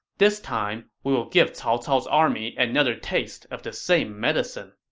this time, we'll give cao cao's army another taste of the same medicine.